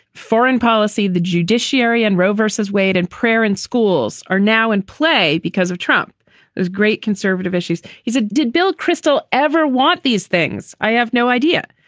foreign policy. the judiciary and roe versus wade and prayer in schools are now in play because of trump as great conservative issues. he's a. did bill kristol ever want these things? i have no idea.